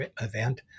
event